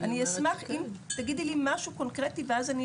אני אשמח אם תגידי לי משהו קונקרטי.